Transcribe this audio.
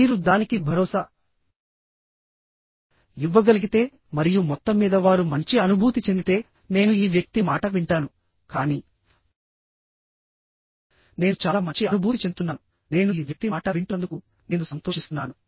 మీరు దానికి భరోసా ఇవ్వగలిగితే మరియు మొత్తం మీద వారు మంచి అనుభూతి చెందితేనేను ఈ వ్యక్తి మాట వింటాను కానీ నేను చాలా మంచి అనుభూతి చెందుతున్నాను నేను ఈ వ్యక్తి మాట వింటున్నందుకు నేను సంతోషిస్తున్నాను